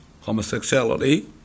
Homosexuality